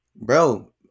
Bro